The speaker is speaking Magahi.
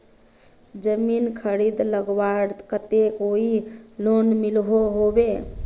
जमीन खरीद लगवार केते कोई लोन मिलोहो होबे?